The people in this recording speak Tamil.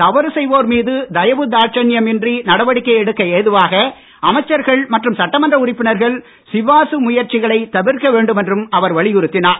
தவறு செய்வோர் மீது தயவு தாட்சன்யம் இன்றி நடவடிக்கை எடுக்க ஏதுவாக அமைச்சர்கள் மற்றும் சட்டமன்ற உறுப்பினர்கள் சிபாரிசு முயற்சிகளை தவிர்க்கவேண்டும் என்றும் அவர் வலியுறுத்தினார்